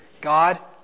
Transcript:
God